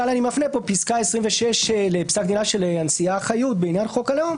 אני מפנה למשל לפסקה (26) לפסק דינה של הנשיאה חיות בעניין חוק הלאום.